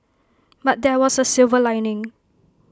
but there was A silver lining